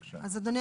אדוני,